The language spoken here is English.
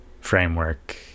framework